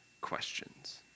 questions